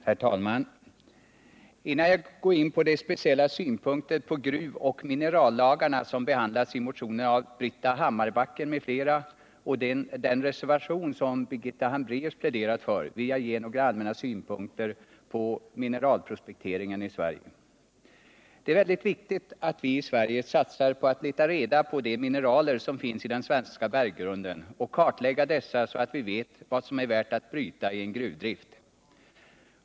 Herr talman! Innan jag går in på de speciella synpunkter på gruvoch minerallagarna som behandlats i motionen av Britta Hammarbacken m.fl. och på den reservation som Birgitta Hambraeus har pläderat för vill jag ge några allmänna synpunkter på mineralprospekteringen i Sverige. Det är väldigt viktigt att vi i Sverige satsar på att leta reda på de mineraler som finns i den svenska berggrunden och kartlägga dessa så att vi vet vad som är värt att bryta i en gruvdrift.